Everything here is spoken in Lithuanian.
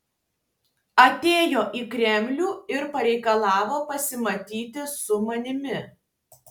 atėjo į kremlių ir pareikalavo pasimatyti su manimi